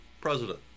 president